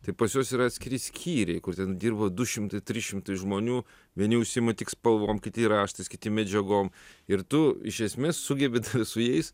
tai pas juos yra atskiri skyriai kur ten dirba du šimtai trys šimtai žmonių vieni užsiima tik spalvom kiti raštais kiti medžiagom ir tu iš esmės sugebi su jais